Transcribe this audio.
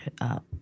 up